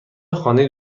خانه